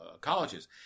colleges